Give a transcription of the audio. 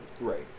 Right